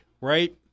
right